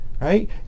Right